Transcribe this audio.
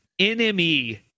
NME